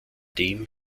dem